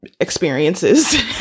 experiences